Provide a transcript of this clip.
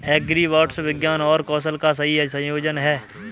agribots विज्ञान और कौशल का सही संयोजन हैं